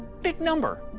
big number.